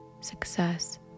success